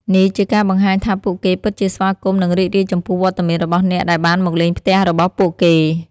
នេះជាការបង្ហាញថាពួកគេពិតជាស្វាគមន៍និងរីករាយចំពោះវត្តមានរបស់អ្នកដែលបានមកលេងផ្ទះរបស់ពួកគេ។